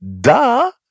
Duh